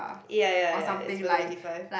ya ya ya it's Bedok eighty five